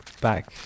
back